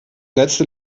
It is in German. letzte